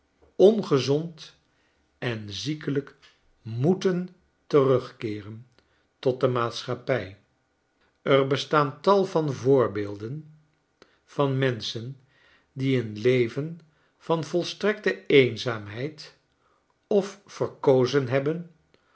ongezond en ziekelijk moeten terugkeeren tot de maatschappij er bestaan tal van voorbeelden van menschen die een leven van volstrekte eenzaamheid of verkozen hebben